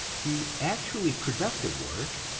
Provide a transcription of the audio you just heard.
the actually productive work,